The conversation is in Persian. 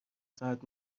ساعت